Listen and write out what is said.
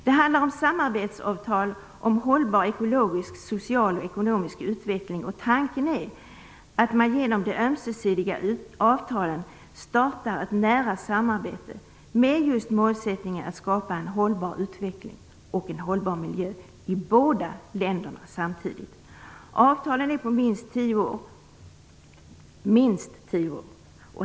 Det handlar om samarbetsavtal om hållbar ekologisk, social och ekonomisk utveckling. Tanken är att man genom de ömsesidiga avtalen startar ett nära samarbete med just målsättningen att skapa en hållbar utveckling och en hållbar miljö i båda länderna samtidigt. Avtalen är på minst tio år.